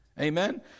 Amen